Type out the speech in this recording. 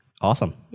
awesome